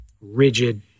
rigid